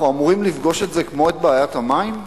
אנחנו אמורים לפגוש את זה כמו את בעיית המים,